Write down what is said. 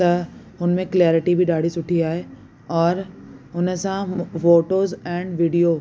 त हुनमें क्लैरिटी बि ॾाढी सुठी आहे और हुन सां फ़ोटोस एंड वीडियो